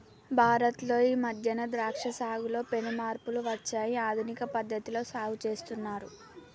భారత్ లో ఈ మధ్యన ద్రాక్ష సాగులో పెను మార్పులు వచ్చాయి ఆధునిక పద్ధతిలో సాగు చేస్తున్నారు